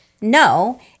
No